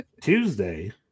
Tuesday